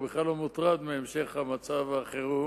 הוא בכלל לא מוטרד מהמשך מצב החירום,